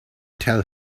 tell